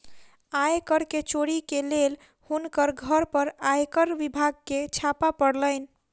आय कर के चोरी के लेल हुनकर घर पर आयकर विभाग के छापा पड़लैन